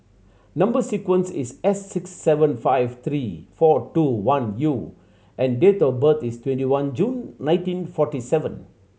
number sequence is S six seven five three four two one U and date of birth is twenty one June nineteen forty seven